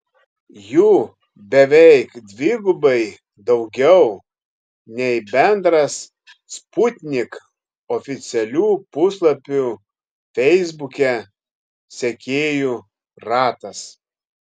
jų beveik dvigubai daugiau nei bendras sputnik oficialių puslapių feisbuke sekėjų ratas